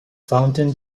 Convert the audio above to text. fountain